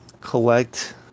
collect